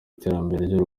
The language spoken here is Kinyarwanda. iterambere